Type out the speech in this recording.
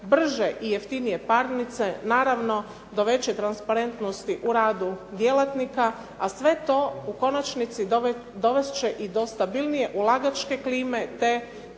brže i jeftinije parnice, naravno do veće transparentnosti u radu djelatnika, a sve to u konačnici dovest će i do stabilnije ulagačke klime, te